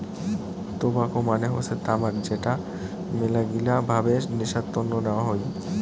tobacco মানে হসে তামাক যেটা মেলাগিলা ভাবে নেশার তন্ন নেওয়া হই